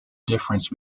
difference